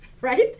right